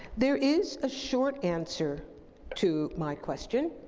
there is a short answer to my question.